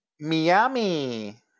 Miami